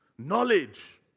Knowledge